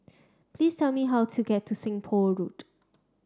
please tell me how to get to Seng Poh Road